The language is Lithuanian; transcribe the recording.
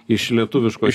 iš lietuviškos